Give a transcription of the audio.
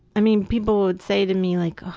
i mean, people would say to me like,